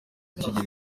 kigira